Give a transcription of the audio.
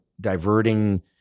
diverting